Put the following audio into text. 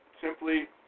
simply